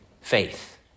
faith